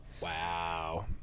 Wow